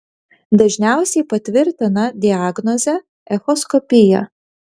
dažniausiai patvirtina diagnozę echoskopija